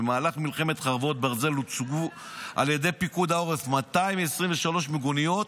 במהלך מלחמת חרבות ברזל הוצבו על ידי פיקוד העורף 223 מיגוניות